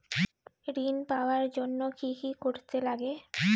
ঋণ পাওয়ার জন্য কি কি করতে লাগে?